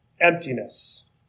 Emptiness